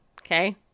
okay